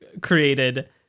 created